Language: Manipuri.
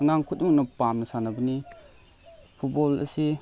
ꯑꯉꯥꯡ ꯈꯨꯗꯤꯡꯃꯛꯅ ꯄꯥꯝꯅ ꯁꯥꯟꯅꯕꯅꯤ ꯐꯨꯠꯕꯣꯜ ꯑꯁꯤ